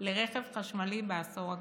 לרכב החשמלי בעשור הקרוב.